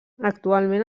actualment